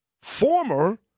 former